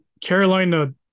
Carolina